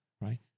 Right